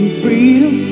freedom